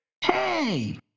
Hey